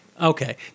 Okay